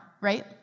right